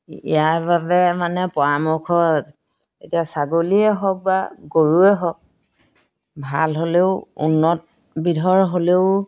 ইয়াৰ বাবে মানে পৰামৰ্শ এতিয়া ছাগলীয়ে হওক বা গৰুৱে হওক ভাল হ'লেও উন্নতবিধৰ হ'লেও